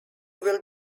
will